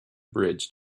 bridge